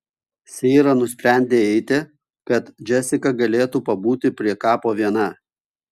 seira nusprendė eiti kad džesika galėtų pabūti prie kapo viena